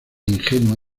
ingenua